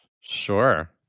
Sure